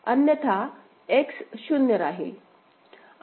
अन्यथा X 0 राहील